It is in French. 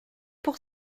pour